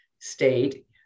state